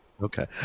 Okay